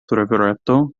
rivereto